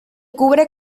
cubre